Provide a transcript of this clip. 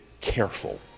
careful